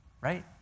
right